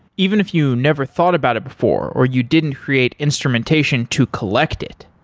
even if you never thought about it before or you didn't create instrumentation to collect it,